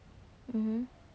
mmhmm